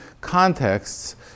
contexts